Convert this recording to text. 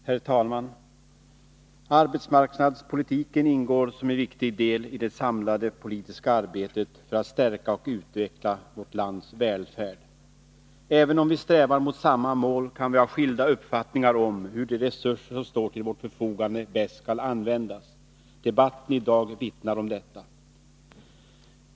Herr talman! Arbetsmarknadspolitiken ingår som en viktig del i det samlade politiska arbetet för att stärka och utveckla vårt lands välfärd. Även om vi strävar mot samma mål kan vi ha skilda uppfattningar om hur de resurser som står till vårt förfogande bäst skall användas. Debatten i dag vittnar om detta.